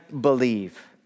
believe